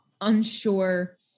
unsure